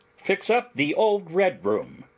fix up the old red room.